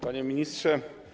Panie Ministrze!